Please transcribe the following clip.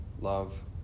love